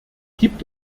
gibt